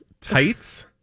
tights